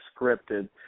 scripted